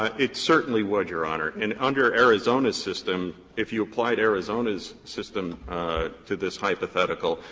it certainly would, your honor and under arizona's system, if you applied arizona's system to this hypothetical,